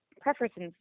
preferences